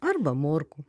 arba morkų